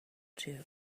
too